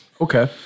Okay